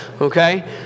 okay